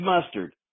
Mustard